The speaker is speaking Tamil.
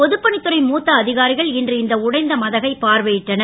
பொதுப்பணித் துறை மூத்த அ காரிகள் இன்று இந்த உடைந்த மதகை பார்வை ட்டனர்